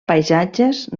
paisatges